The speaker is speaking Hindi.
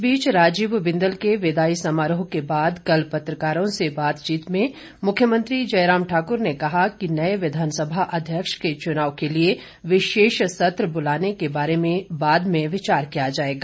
इस बीच राजीव बिन्दल के विदाई समारोह के बाद कल पत्रकारों से बातचीत में मुख्यमंत्री जयराम ठाकुर ने कहा कि नये विधानसभा अध्यक्ष के चुनाव के लिए विशेष सत्र बुलाने के बारे मे बाद में विचार किया जायेगा